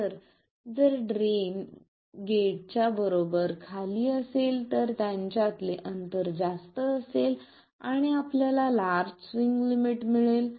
तर जर ड्रेन गेटच्या बरोबर खाली असेल तर त्यांच्यातले अंतर जास्त असेल आणि आपल्याला लार्ज स्विंग लिमिट मिळेल